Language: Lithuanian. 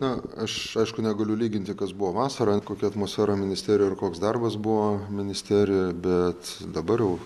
na aš aišku negaliu lyginti kas buvo vasarą kokia atmosfera ministerijų ir koks darbas buvo ministerijoj bet dabar jau